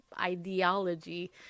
ideology